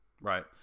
right